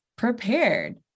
prepared